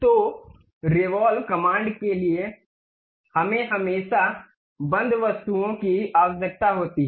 तो revolve command के लिए हमें हमेशा बंद वस्तुओं की आवश्यकता होती है